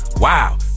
Wow